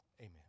Amen